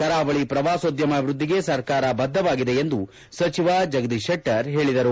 ಕರಾವಳಿ ಪ್ರವಾಸೋದ್ಯಮ ಅಭಿವೃದ್ದಿಗೆ ಸರ್ಕಾರ ಬದ್ದವಾಗಿದೆ ಎಂದು ಸಚಿವ ಜಗದೀಶ್ ಶೆಟ್ಟರ್ ಹೇಳಿದರು